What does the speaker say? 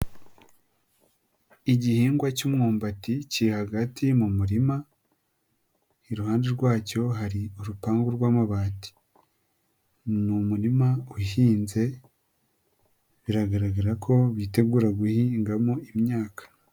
Igihingwa cy'umyumbati kiri hagati mu murima, iruhande rwacyo hari urupangu rw'amabati. Ni umurima uhinze biragaragara ko bitegura guhingamo imyaka.